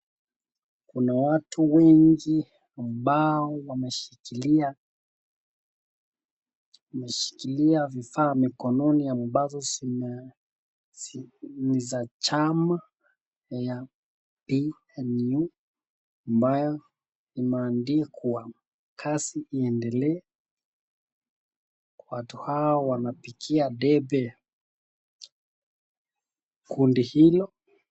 Kuna watu wengi ambao wameshikilia vifaa mikononi ambazo ni za chama ya PNU ambayo imeandikwa 'Kazi Iendelee.' Watu hao wanapigia debe kundi hilo.